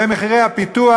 ומחירי הפיתוח,